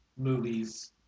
movies